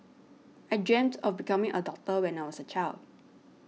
I dreamt of becoming a doctor when I was a child